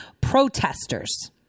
protesters—